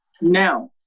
Now